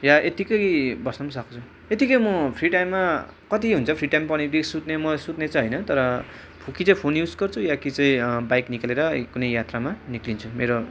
या यत्तिकै पनि बस्नु पनि सक्छु त्यत्तिकै म फ्री टाइममा कति हुन्छ फ्री टाइम पाउने बितिक्कै सुत्ने म सुत्ने चाहिँ होइन तर कि चाहिँ फोन युज गर्छु या कि चाहिँ बाइक निकालेर कुनै यात्रामा निक्लिन्छु मेरो